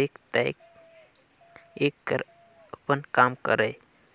देख ताएक कर अपन काम करय